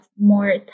more